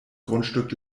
grundstück